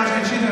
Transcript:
קריאה שלישית.